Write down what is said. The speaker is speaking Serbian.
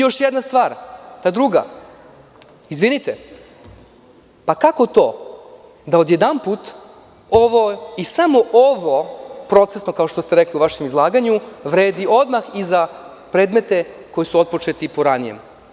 Još jedna stvar, ta druga, pa kako to da odjedanput ovo i samo ovo, procesno, pošto ste rekli u vašem izlaganju, vredi odmah i za predmete koji su otpočeti po ranijem?